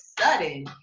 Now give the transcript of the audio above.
sudden